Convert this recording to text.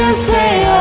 ah say,